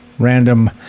random